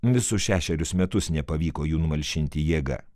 visus šešerius metus nepavyko jų numalšinti jėga